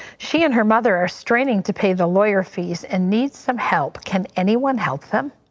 she and her mother are straining to pay the lawyer fees and needs some help. can anyone help them?